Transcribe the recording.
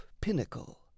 pinnacle